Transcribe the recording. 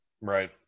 Right